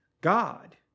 God